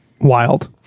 Wild